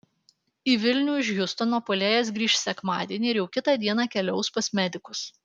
į vilnių iš hjustono puolėjas grįš sekmadienį ir jau kitą dieną keliaus pas medikus